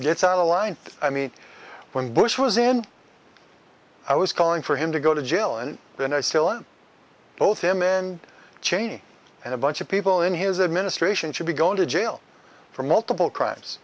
of line i mean when bush was in i was calling for him to go to jail and then i still am both him and cheney and a bunch of people in his administration should be going to jail for multiple crimes